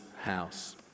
house